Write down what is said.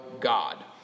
God